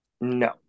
No